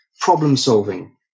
problem-solving